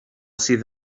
sydd